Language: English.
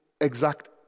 exact